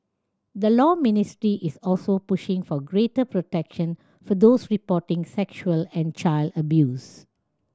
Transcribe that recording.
the Law Ministry is also pushing for greater protection for those reporting sexual and child abuse